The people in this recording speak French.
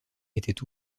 étaient